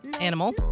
animal